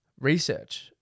research